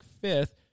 fifth